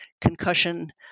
concussion